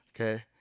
okay